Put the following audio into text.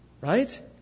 right